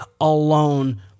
alone